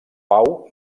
pau